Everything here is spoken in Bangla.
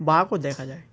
বাঘও দেখা যায়